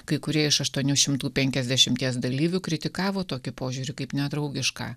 kai kurie iš aštuonių šimtų penkiasdešimties dalyvių kritikavo tokį požiūrį kaip nedraugišką